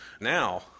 Now